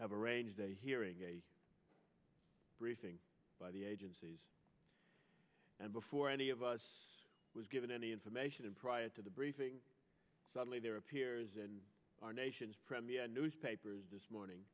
have arranged a hearing briefing by the agencies and before any of us was given any information prior to the briefing suddenly there appears in our nation's premier newspapers this morning